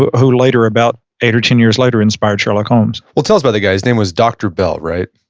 who later about eight or ten years later inspired sherlock holmes well, tell us about the guy, his name was dr. bell, right?